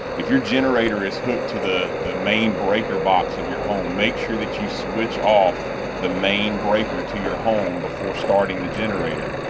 if your generator is hooked to the the main breaker box of your home, make sure that you switch off the main breaker to your home before starting the generator.